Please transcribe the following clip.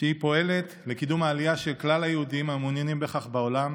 שפועלת לקידום העלייה של כל היהודים המעוניינים בכך בעולם,